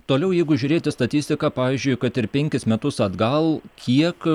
toliau jeigu žiūrėti statistiką pavyzdžiui kad ir penkis metus atgal kiek